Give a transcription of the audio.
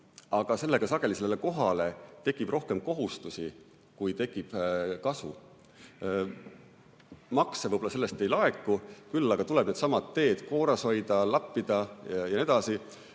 aga sellega sageli sellele kohale tekib rohkem kohustusi, kui tekib kasu. Makse võib-olla sellest ei laeku, küll aga tuleb needsamad teed korras hoida, lappida,